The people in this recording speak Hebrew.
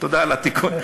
תודה על התיקון.